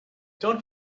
don‘t